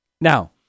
Now